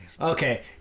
Okay